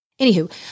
Anywho